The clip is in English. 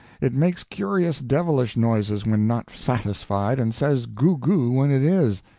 it makes curious devilish noises when not satisfied, and says goo-goo when it is.